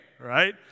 right